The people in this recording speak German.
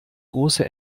große